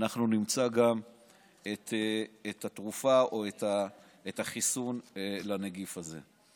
ואנחנו נמצא גם את התרופה או את החיסון לנגיף הזה.